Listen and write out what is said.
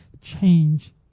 change